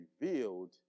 revealed